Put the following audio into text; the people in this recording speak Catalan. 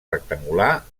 rectangular